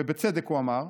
ובצדק הוא אמר,